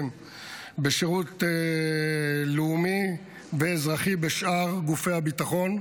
בשירות לאומי ואזרחי בשאר גופי הביטחון,